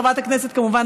וכמובן,